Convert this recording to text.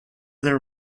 their